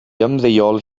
ymddeol